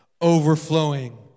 overflowing